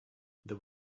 there